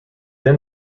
then